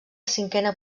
cinquena